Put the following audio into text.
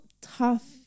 tough